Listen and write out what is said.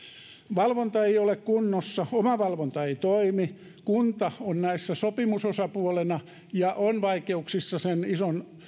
valvonta ei ole kunnossa omavalvonta ei toimi kunta on näissä sopimusosapuolena ja on vaikeuksissa sopia sen ison